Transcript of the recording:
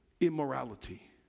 immorality